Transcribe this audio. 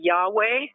Yahweh